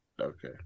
Okay